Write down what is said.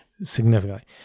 significantly